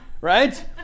right